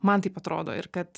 man taip atrodo ir kad